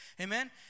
Amen